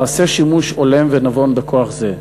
תעשה שימוש הולם ונבון בכוח זה.